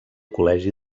col·legi